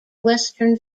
western